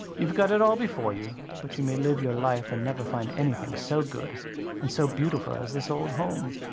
you've got it all before you. but you may live your life and never find anything so good and so beautiful as this old home.